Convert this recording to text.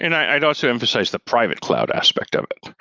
and i'd also emphasize the private cloud aspect of it.